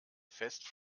fest